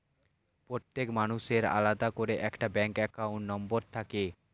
প্রত্যেক মানুষের আলাদা করে একটা ব্যাঙ্ক অ্যাকাউন্ট নম্বর থাকে